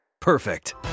Perfect